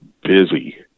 busy